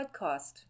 podcast